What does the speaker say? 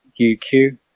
UQ